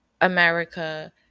America